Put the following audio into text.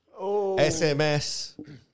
SMS